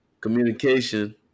communication